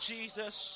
Jesus